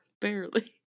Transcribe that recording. Barely